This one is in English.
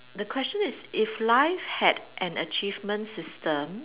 the question is if life had an achievement system